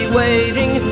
waiting